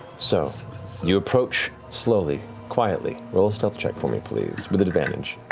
so you approach slowly, quietly. roll a stealth check for me please with advantage.